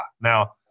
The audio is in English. Now